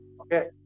okay